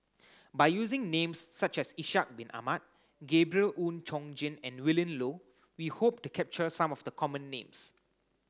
by using names such as Ishak Bin Ahmad Gabriel Oon Chong Jin and Willin Low we hope to capture some of the common names